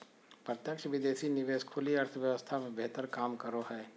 प्रत्यक्ष विदेशी निवेश खुली अर्थव्यवस्था मे बेहतर काम करो हय